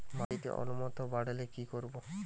মাটিতে অম্লত্ব বাড়লে কি করব?